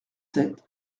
sept